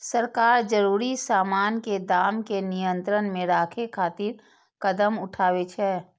सरकार जरूरी सामान के दाम कें नियंत्रण मे राखै खातिर कदम उठाबै छै